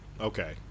Okay